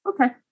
okay